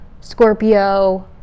Scorpio